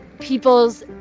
people's